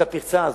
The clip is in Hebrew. את הפרצה הזאת,